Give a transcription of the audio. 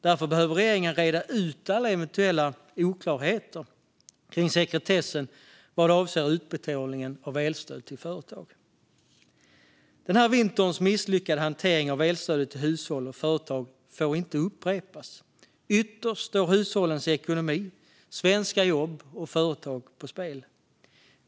Därför behöver regeringen reda ut alla eventuella oklarheter kring sekretessen vad avser utbetalningen av elstöd till företag. Den här vinterns misslyckade hantering av elstödet till hushåll och företag får inte upprepas. Ytterst står hushållens ekonomi samt svenska jobb och företag på spel.